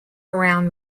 around